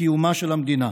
בקיומה של המדינה.